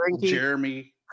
Jeremy